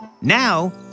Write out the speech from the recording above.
Now